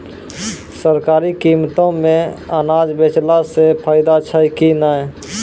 सरकारी कीमतों मे अनाज बेचला से फायदा छै कि नैय?